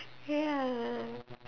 ya